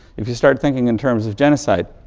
if you start thinking in terms of genocide.